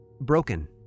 broken